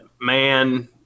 man